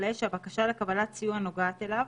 החולה,